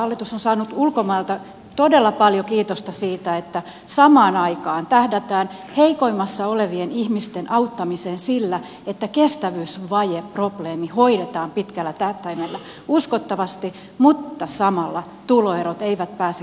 hallitus on saanut ulkomailta todella paljon kiitosta siitä että samaan aikaan tähdätään heikoimmassa asemassa olevien ihmisten auttamiseen sillä että kestävyysvajeprobleemi hoidetaan pitkällä tähtäimellä uskottavasti mutta samalla tuloerot eivät pääse kasvamaan